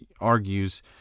argues